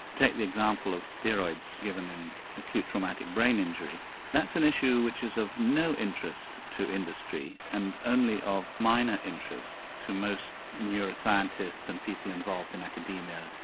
take the example of steroids given in acute traumatic brain injury that's an issue which is of no interest to industry and only of minor interest to most neuroscientists and people involved in academia.